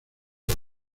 por